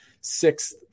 sixth